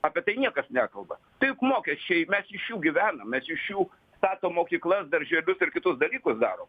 apie tai niekas nekalba tai juk mokesčiai mes iš jų gyvenam mes iš jų statom mokyklas darželius ir kitus dalykus darom